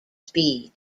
speed